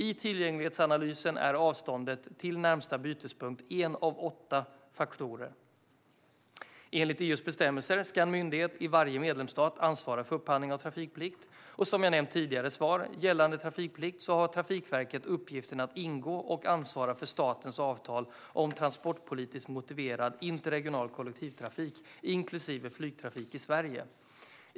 I tillgänglighetsanalysen är avståndet till närmaste bytespunkt en av åtta faktorer. Enligt EU:s bestämmelser ska en myndighet i varje medlemsstat ansvara för upphandling av trafikplikt. Som jag har nämnt i tidigare svar gällande trafikplikt har Trafikverket uppgiften att ingå och ansvara för statens avtal om transportpolitiskt motiverad interregional kollektivtrafik, inklusive flygtrafik i Sverige.